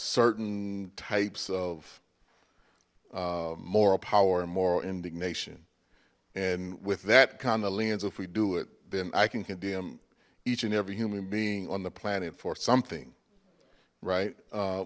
certain types of moral power and moral indignation and with that kind of lens if we do it then i can condemn each and every human being on the planet for something right